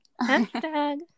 hashtag